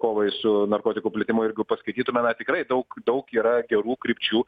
kovai su narkotikų plitimu jeigu paskaitytume na tikrai daug daug yra gerų krypčių